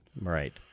Right